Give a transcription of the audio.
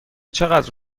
چقدر